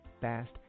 fast